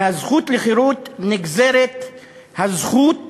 מהזכות לחירות נגזרת הזכות